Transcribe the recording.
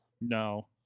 No